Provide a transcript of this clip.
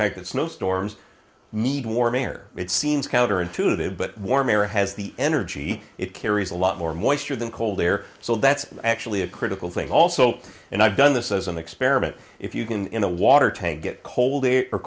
fact that snowstorms need warm air it seems counter intuitive but warm air has the energy it carries a lot more moisture than cold air so that's actually a critical thing also and i've done this as an experiment if you can in a water tank get cold